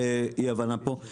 אי הבנה פה.